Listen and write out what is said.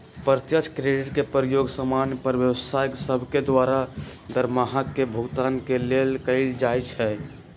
प्रत्यक्ष क्रेडिट के प्रयोग समान्य पर व्यवसाय सभके द्वारा दरमाहा के भुगतान के लेल कएल जाइ छइ